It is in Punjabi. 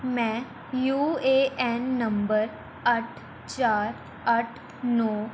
ਮੈਂ ਯੂ ਏ ਐੱਨ ਨੰਬਰ ਅੱਠ ਚਾਰ ਅੱਠ ਨੌ